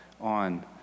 on